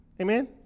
amen